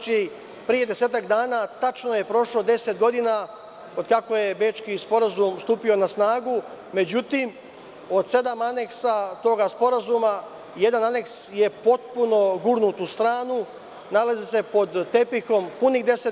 Pre desetak dana tačno je prošlo 10 godina od kada je Bečki sporazum stupio na snagu, međutim, odsedam aneksa tog sporazuma, jedan aneks je potpuno gurnut u stranu, nalazi se pod tepihom punih 10.